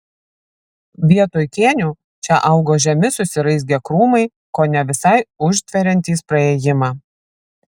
vietoj kėnių čia augo žemi susiraizgę krūmai kone visai užtveriantys praėjimą